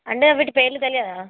అంటే వాటి పేర్లు తెలియదా